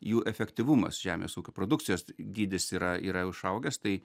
jų efektyvumas žemės ūkio produkcijos dydis yra yra jau išaugęs tai